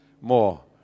More